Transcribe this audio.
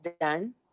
done